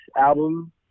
album